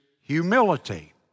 humility